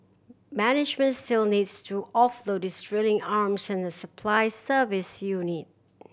management still needs to offload its drilling arms and supply service unit